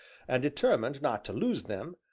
and, determined not to lose them,